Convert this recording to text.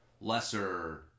lesser